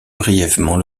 brièvement